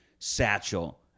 Satchel